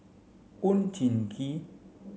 Oon Jin Gee